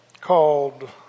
called